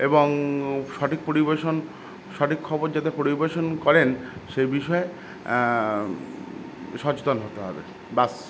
এবং সঠিক পরিবেশন সঠিক খবর যাতে পরিবেশন করেন সে বিষয়ে সচেতন হতে হবে বাস